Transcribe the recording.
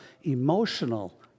emotional